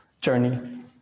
journey